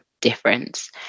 difference